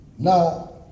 Now